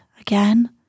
again